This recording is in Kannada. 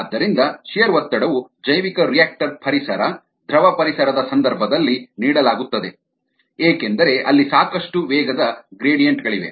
ಆದ್ದರಿಂದ ಶಿಯರ್ ಒತ್ತಡವು ಜೈವಿಕರಿಯಾಕ್ಟರ್ ಪರಿಸರ ದ್ರವ ಪರಿಸರದ ಸಂದರ್ಭದಲ್ಲಿ ನೀಡಲಾಗುತ್ತದೆ ಏಕೆಂದರೆ ಅಲ್ಲಿ ಸಾಕಷ್ಟು ವೇಗದ ಗ್ರೇಡಿಯಂಟ್ ಗಳಿವೆ